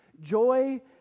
Joy